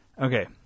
Okay